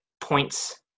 points